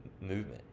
movement